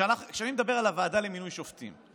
כשאני מדבר על הוועדה למינוי שופטים,